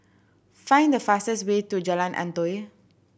find the fastest way to Jalan Antoi